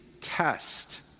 test